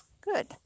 Good